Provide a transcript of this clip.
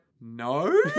no